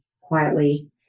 quietly